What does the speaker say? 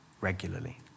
regularly